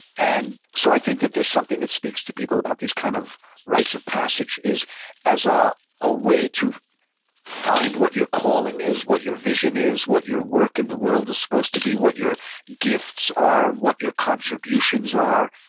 and so i think that there's something that speaks to people about these kind of rites of passage is as a ah way to find what your calling is, what your vision is, what your work in the world is supposed to be, what your gifts are, what your contributions are,